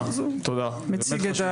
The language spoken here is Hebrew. תודה, תודה, באמת חשוב.